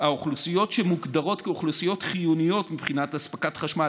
שמוגדרות כאוכלוסיות שחיונית להם אספקת חשמל,